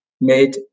made